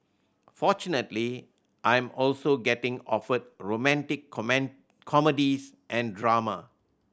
fortunately I'm also getting offered romantic comedies and drama